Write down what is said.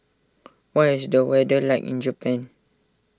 what is the weather like in Japan